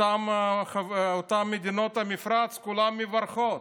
אותן מדינות המפרץ, כולן מברכות.